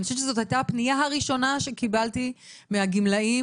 אני חושבת שזו הפניה הראשונה שקיבלתי מהגמלאים,